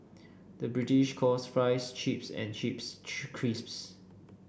the British calls fries chips and chips crisps